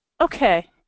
okay